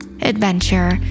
adventure